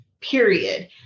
period